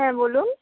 হ্যাঁ বলুন